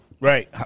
Right